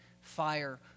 fire